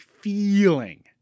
feeling